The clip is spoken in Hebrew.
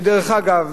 שדרך אגב,